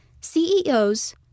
CEOs